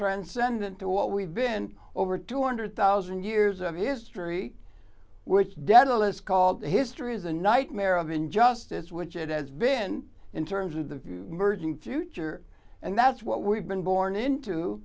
transcendent to what we've been over two hundred thousand years of history which daedalus called history is a nightmare of injustice which it has been in terms of the merging future and that's what we've been born into